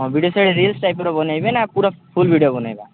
ହଁ video side reels ଟାଇପ୍ର ବନେଇବେ ନା ପୁରା ଫୁଲ୍ ଭିଡ଼ିଓ ବନେଇବା